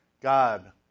God